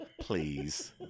Please